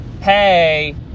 hey